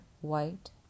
White